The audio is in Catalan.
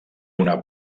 una